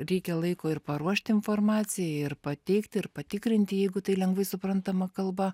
reikia laiko ir paruošt informacijai ir pateikti ir patikrinti jeigu tai lengvai suprantama kalba